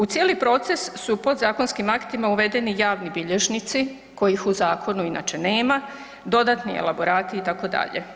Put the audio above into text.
U cijeli proces su podzakonskim aktima uvedeni javni bilježnici kojih u zakonu inače nema, dodatni elaborati, itd.